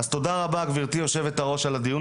אז תודה רבה גבירתי יושבת הראש על הדיון